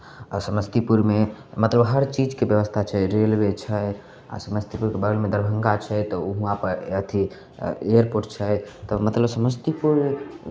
आ समस्तीपुरमे मतलब हर चीजके व्यवस्था छै रेलवे छै आ समस्तीपुरके बगलमे दरभंगा छै तऽ हुआँपर अथि एयरपोर्ट छै तऽ मतलब समस्तीपुर